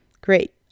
great